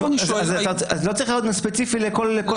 אז לא צריך להיות ספציפי לכל מקום.